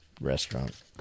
restaurant